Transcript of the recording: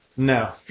no